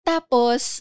Tapos